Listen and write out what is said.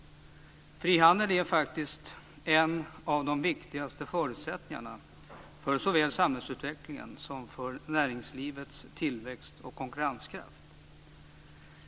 Frihandel är faktiskt en av de viktigaste förutsättningarna för såväl samhällsutvecklingen som näringslivets tillväxt och konkurrenskraft.